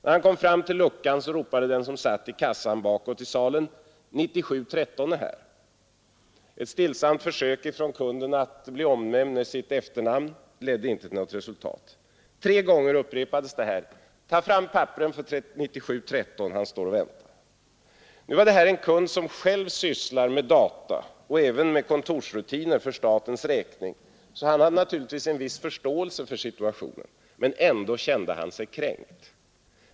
När han kom fram till luckan ropade den som satt i kassan bakåt i salen: ”9713 är här.” Ett stillsamt försök från kunden att få bli kallad vid efternamn ledde inte till något. Tre gånger upprepades det: ”Ta fram papperen för 9713! Han står här och väntar.” Nu var det här en kund som själv sysslar med data och kontorsrutiner för statens räkning, så han hade naturligtvis en viss förståelse för situationen. Men ändå kände han sig kränkt.